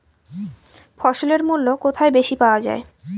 ফসলের মূল্য কোথায় বেশি পাওয়া যায়?